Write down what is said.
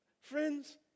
Friends